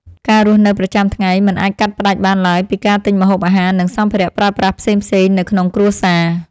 ការរស់នៅប្រចាំថ្ងៃមិនអាចកាត់ផ្តាច់បានឡើយពីការទិញម្ហូបអាហារនិងសម្ភារៈប្រើប្រាស់ផ្សេងៗនៅក្នុងគ្រួសារ។